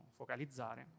focalizzare